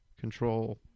control